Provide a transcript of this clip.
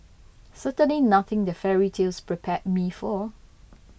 certainly nothing that fairy tales prepared me for